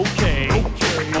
Okay